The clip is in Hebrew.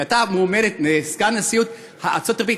שהייתה מועמדת לסגנית נשיאות ארצות-הברית,